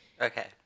Okay